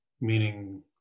meaning